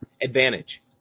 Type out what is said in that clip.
advantage